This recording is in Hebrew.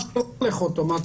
מה שלא הולך אוטומט,